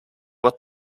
what